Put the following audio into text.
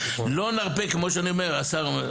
לא נרפה כמו שאני אומר והשר אומר,